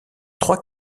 trois